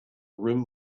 rim